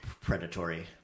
predatory